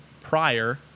prior